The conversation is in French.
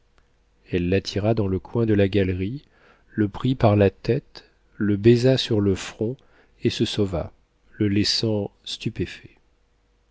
elle l'attira dans le coin de la galerie le prit par la tête le baisa sur le front et se sauva le laissant stupéfait